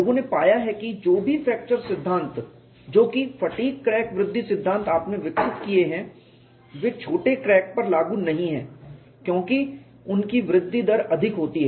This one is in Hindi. लोगों ने पाया है कि जो भी फ्रैक्चर सिद्धांत जो कि फटीग क्रैक वृद्धि सिद्धांत आपने विकसित किए हैं वे छोटे क्रैक पर लागू नहीं हैं क्योंकि उनकी वृद्धि दर अधिक होती है